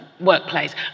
workplace